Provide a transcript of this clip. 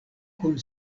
kun